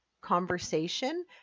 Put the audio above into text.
conversation